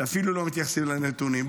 ואפילו לא מתייחסים לנתונים.